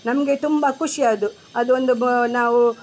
ನಮಗೆ ತುಂಬ ಖುಷಿ ಅದು ಅದು ಒಂದು ಭಾ ನಾವು